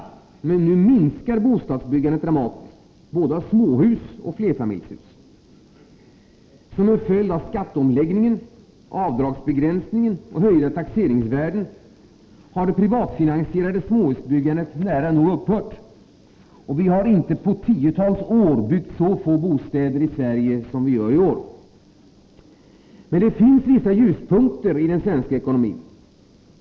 Men nu minskar bostadsbyggandet dramatiskt, både av småhus och flerfamiljshus. Som en följd av skatteomläggningen, avdragsbegränsningen och höjda taxeringsvärden har det privatfinansierade småhusbyggandet nära nog upphört. Vi har inte på tiotals år byggt så få bostäder i Sverige som vi gör i år. Det finns dock vissa ljuspunkter i den svenska ekonomin.